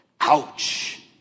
ouch